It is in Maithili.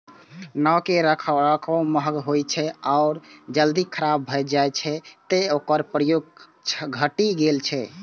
नाव के रखरखाव महग होइ छै आ ओ जल्दी खराब भए जाइ छै, तें ओकर प्रयोग घटि गेल छै